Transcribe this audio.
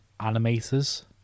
animators